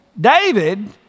David